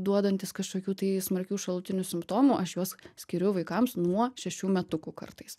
duodantys kažkokių tai smarkių šalutinių simptomų aš juos skiriu vaikams nuo šešių metukų kartais